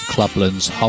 Clubland's